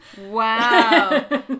Wow